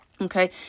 Okay